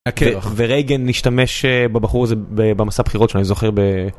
ורייגן השתמש בבחור הזה במסע בחירות שלו, אני זוכר ב...